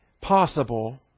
possible